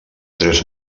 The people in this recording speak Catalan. tres